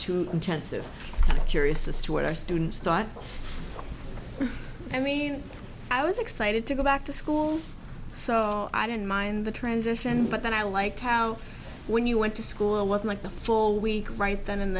too intensive curious as to what our students thought i mean i was excited to go back to school so i don't mind the transition but then i like how when you went to school wasn't the full week right then and